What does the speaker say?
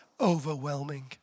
overwhelming